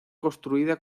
construida